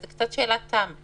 השאלה שלי היא למה,